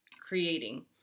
creating